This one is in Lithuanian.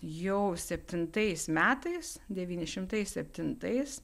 jau septintais metais devyni šimtai septintais